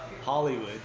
Hollywood